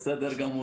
בסדר גמור.